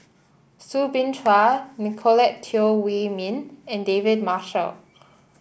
Soo Bin Chua Nicolette Teo Wei Min and David Marshall